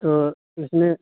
تو اس میں